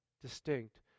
distinct